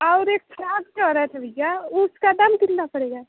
और एक फ्राक चाह रहे थे भैया उसका दाम कितना पड़ेगा